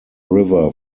river